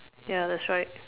ya that's right